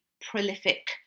prolific